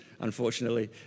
unfortunately